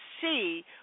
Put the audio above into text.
see